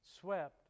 swept